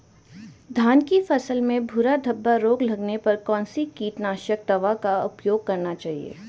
धान की फसल में भूरा धब्बा रोग लगने पर कौन सी कीटनाशक दवा का उपयोग करना चाहिए?